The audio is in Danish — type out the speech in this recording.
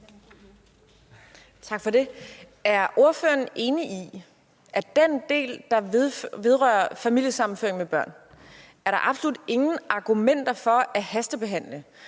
Er ordføreren enig i, at til den del, der vedrører familiesammenføring med børn, er der absolut ingen argumenter for, at det skal hastebehandles?